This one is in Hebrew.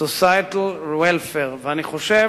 welfare societal, ואני חושב